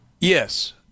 Yes